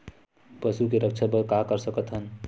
पशु के रक्षा बर का कर सकत हन?